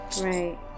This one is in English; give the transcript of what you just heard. right